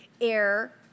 air